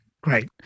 Great